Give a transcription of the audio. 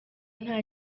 nta